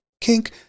kink